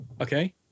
Okay